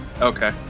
okay